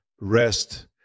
rest